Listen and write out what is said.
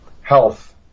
Health